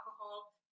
alcohol